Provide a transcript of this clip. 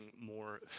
more